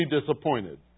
disappointed